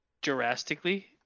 drastically